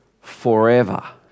forever